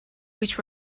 which